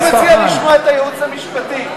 אני מציע לשמוע את הייעוץ המשפטי.